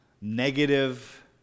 negative